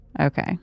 Okay